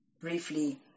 briefly